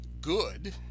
good